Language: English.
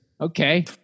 Okay